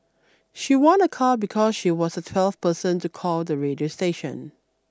she won a car because she was the twelfth person to call the radio station